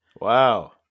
wow